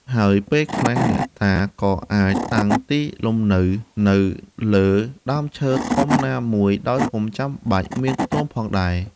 ហើយពេលខ្លះ អ្នកតាក៏អាចតាំងទីលំនៅនៅ លើដើមឈើធំណាមួយដោយពុំចាំបាច់មានខ្ទមផងដែរ។